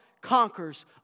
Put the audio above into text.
conquers